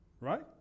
Right